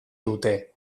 dute